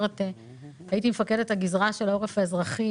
כשהייתי מפקדת הגזרה של העורף האזרחי